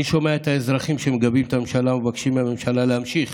אני שומע את האזרחים שמגבים את הממשלה ומבקשים מהממשלה להמשיך